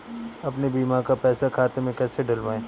अपने बीमा का पैसा खाते में कैसे डलवाए?